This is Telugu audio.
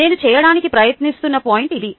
నేను చేయడానికి ప్రయత్నిస్తున్న పాయింట్ ఇది